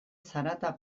zarata